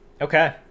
Okay